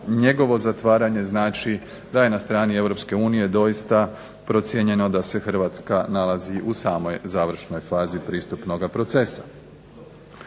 njegovo zatvaranje znači da je na strani EU doista procijenjeno da se Hrvatska nalazi u samoj završnoj fazi pristupnoga procesa.